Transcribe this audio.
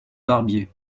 barbier